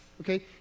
okay